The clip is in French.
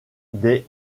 des